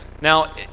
Now